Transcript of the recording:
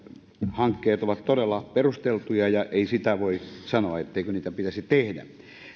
hankkeet ovat todella perusteltuja ja ei sitä voi sanoa etteikö niitä pitäisi tehdä